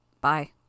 Bye